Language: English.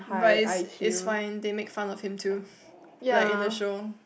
but it's it's fine they make fun of him too like in the show